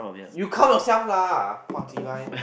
you count yourself lah !wah! puah cheebye